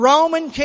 Roman